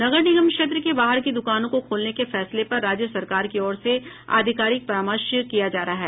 नगर निगम क्षेत्र के बाहर की दुकानों को खोलने के फैसले पर राज्य सरकार की ओर से आधिकारिक परामर्श किया जा रहा है